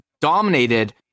dominated